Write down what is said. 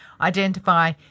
identify